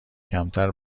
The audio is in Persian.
کمتر